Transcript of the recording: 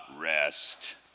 rest